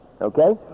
Okay